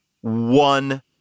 one